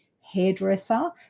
hairdresser